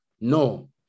no